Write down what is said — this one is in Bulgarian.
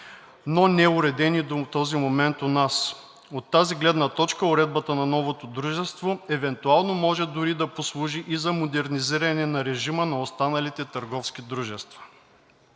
но неуредени до този момент у нас. От тази гледна точка уредбата на новото дружество евентуално може дори да послужи и за модернизиране на режима на останалите търговски дружества.“